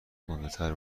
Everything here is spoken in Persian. گندهتر